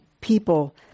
people